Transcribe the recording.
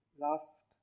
Last